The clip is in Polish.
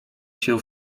się